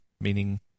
meaning